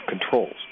controls